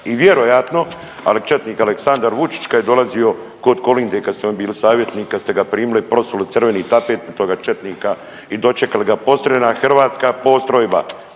i vjerojatno, ali i četnik Aleksandar Vučić kad je dolazio kod Kolinde kad …/Govornik se ne razumije/… bili savjetnik, kad ste ga primili, prosuli crveni tapet za toga četnika i dočekala ga postrojena hrvatska postrojba,